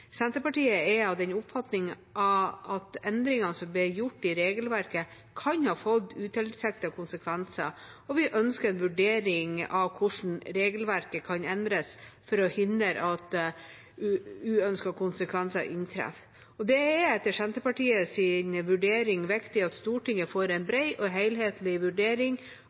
Senterpartiet er av den oppfatning at endringene som ble gjort i regelverket, kan ha fått utilsiktede konsekvenser, og vi ønsker en vurdering av hvordan regelverket kan endres for å hindre at uønskede konsekvenser inntreffer. Det er etter Senterpartiets vurdering viktig at Stortinget får en bred og helhetlig vurdering